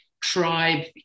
tribe